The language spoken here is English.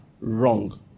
wrong